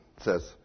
says